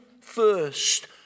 first